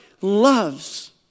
loves